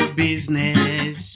business